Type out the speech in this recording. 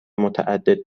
متعدد